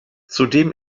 zudem